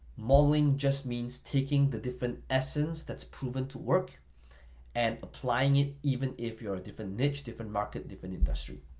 modeling just means taking the different essence that's proven to work and applying it even if you're a different niche, different market, different industry,